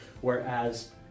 Whereas